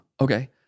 Okay